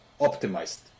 optimized